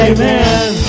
Amen